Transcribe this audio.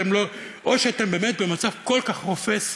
או שאתם באמת במצב כל כך רופס,